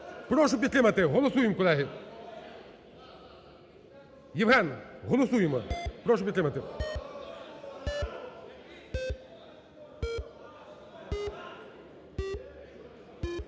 Прошу підтримати, голосуємо, колеги. Євген, голосуємо! Прошу підтримати.